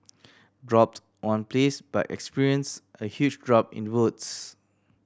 dropped on place but experienced a huge drop in votes